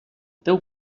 teu